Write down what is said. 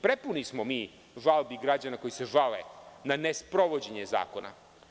Prepuni smo mi žalbi građana koji se žale na nesprovođenje zakona.